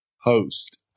host